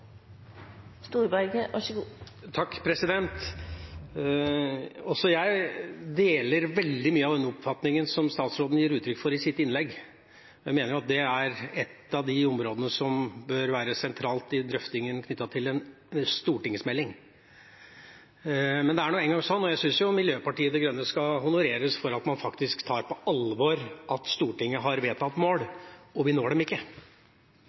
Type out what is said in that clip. Også jeg deler veldig mye av den oppfatningen som statsråden gir uttrykk for i sitt innlegg. Jeg mener at det er et av de områdene som bør være sentrale i drøftingen av en stortingsmelding. Jeg syns jo Miljøpartiet De Grønne skal honoreres for at de tar på alvor at Stortinget har vedtatt mål og vi ikke når dem, og så får man diskutere målkonflikter i dette. Arbeiderpartiet er av den oppfatning at det